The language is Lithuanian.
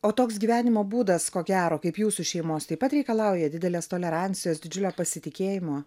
o toks gyvenimo būdas ko gero kaip jūsų šeimos taip pat reikalauja didelės tolerancijos didžiulio pasitikėjimo